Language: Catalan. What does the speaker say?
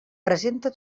presenta